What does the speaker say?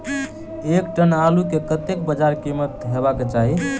एक टन आलु केँ कतेक बजार कीमत हेबाक चाहि?